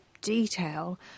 detail